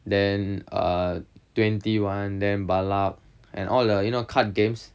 then uh twenty one then ban luck and all the you know card games